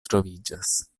troviĝas